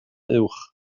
uwch